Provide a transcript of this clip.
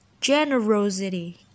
generosity